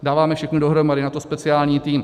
Dáváme všechno dohromady, je na to speciální tým.